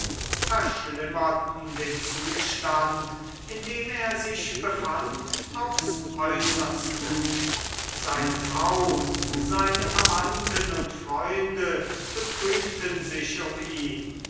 verschlimmerten den zustand in dem er sich befand aufs äußerste seine frau seine verwandten und freunde betrübten sich um ihn